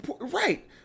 Right